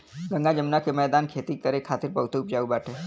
गंगा जमुना के मौदान खेती करे खातिर बहुते उपजाऊ बाटे